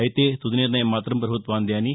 అయితే తుది నిర్ణయం మాత్రం పభుత్వానిదే అని